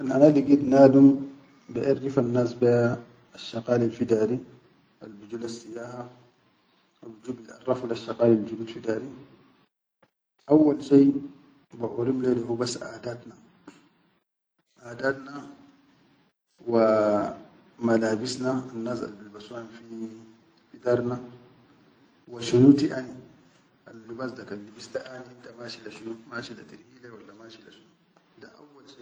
Kan ana ligid nadum baʼarrifannas ba asshaqalil fi dari al biju lesssiyaha haw biju bil-arrafu lesshaqalil judud fi dari, awwal shai baʼorim le da hubas aʼadatna, aʼadatna waamalabisna al bilbasuhan fi fi darna, wa shinu tiʼani allubas da kan libista aʼani inta mashi le shunu, mashi le tirhile walla mashi le shunu da awwal.